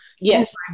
Yes